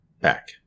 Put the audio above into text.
back